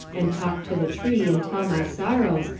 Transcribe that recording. and talk to the tree, and tell my sorrows,